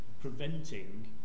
preventing